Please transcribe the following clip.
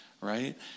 right